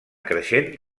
creixent